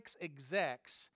execs